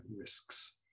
Risks